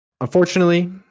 unfortunately